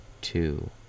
Two